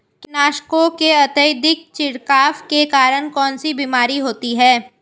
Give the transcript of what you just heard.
कीटनाशकों के अत्यधिक छिड़काव के कारण कौन सी बीमारी होती है?